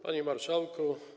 Panie Marszałku!